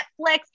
Netflix